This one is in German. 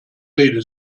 rede